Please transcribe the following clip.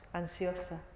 ansiosa